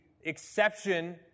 exception